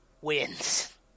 Wins